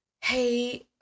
Hey